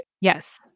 Yes